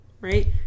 right